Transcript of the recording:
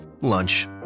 lunch